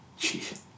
Jeez